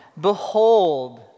Behold